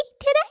today